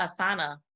Asana